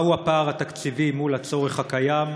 1. מהו הפער התקציבי מול הצורך הקיים?